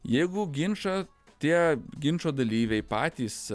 jeigu ginčą tie ginčo dalyviai patys